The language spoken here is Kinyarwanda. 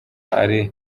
ari